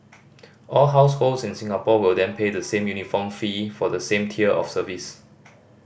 all households in Singapore will then pay the same uniform fee for the same tier of service